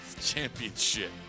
Championship